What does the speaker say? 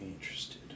interested